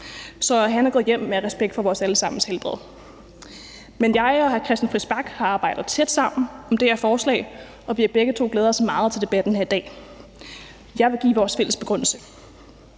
Så han er gået hjem af respekt for vores alle sammens helbred. Men jeg og hr. Christian Friis Bach har arbejdet tæt sammen om det her forslag, og vi har begge to glædet os meget til debatten her i dag. Jeg vil give vores fælles begrundelse.